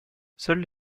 seules